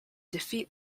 defeat